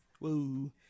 Woo